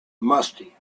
musty